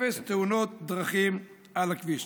אפס תאונות דרכים על הכביש.